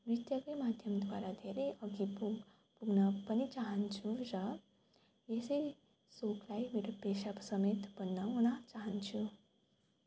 नृत्यकै माध्यमद्वारा धेरै अघि पुग् पुग्न पनि चाहन्छु र यसै सोखलाई मेरो पेसा समेत बनाउन चाहन्छु